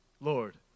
Lord